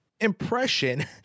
impression